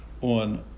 on